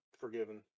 forgiven